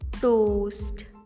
toast